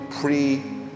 pre